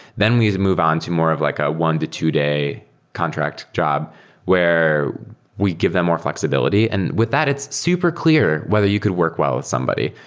then we move on to more of like a one to two day contract job where we give them more flexibility. and with that, it's super clear whether you could work well with somebody.